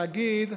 להגיד,